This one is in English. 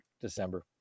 December